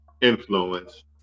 influence